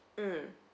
mm